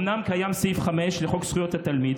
אומנם קיים סעיף 5 לחוק זכויות התלמיד,